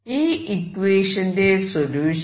ഈ ഇക്വേഷന്റെ സൊല്യൂഷൻ